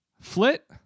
Flit